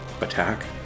attack